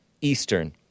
Eastern